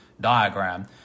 diagram